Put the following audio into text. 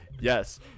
yes